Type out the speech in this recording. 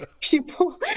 people